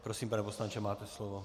Prosím, pane poslanče, máte slovo.